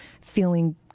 feeling